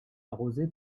arrosée